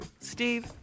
Steve